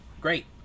Great